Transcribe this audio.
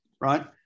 right